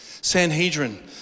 Sanhedrin